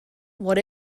what